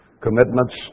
commitments